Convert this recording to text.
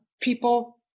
people